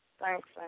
Thanks